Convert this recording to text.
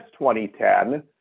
2010